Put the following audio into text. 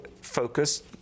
focus